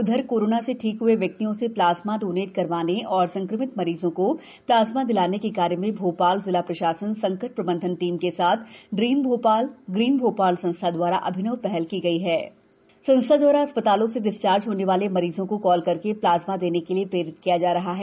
उधरकोरोना से ठीक हए व्यक्तियों से प्लाज्मा डोनेट करवाने और संक्रमित मरीजों को प्लाजमा दिलाने के कार्य में भोपाल जिला प्रशासन संकट प्रबंधन टीम के साथ ड्रीम भोपाल ग्रीन भोपाल संस्था दवारा अभिनव पहल की गई है संस्था दवारा अस्पतालों से डिस्चार्ज होने वाले मरीजों को कॉल करके प्लाज्मा देने के लिए प्रेरित किया जा रहा है